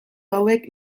hauek